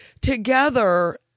together